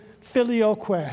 filioque